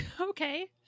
Okay